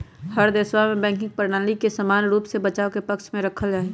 हर देशवा में बैंकिंग प्रणाली के समान रूप से बचाव के पक्ष में रखल जाहई